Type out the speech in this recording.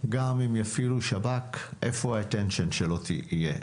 גם אם יפעילו שב"כ, איפה תשומת הלב שלו תהיה.